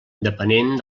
depenent